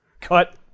Cut